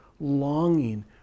longing